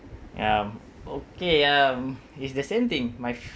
um okay um it's the same thing my